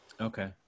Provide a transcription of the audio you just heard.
Okay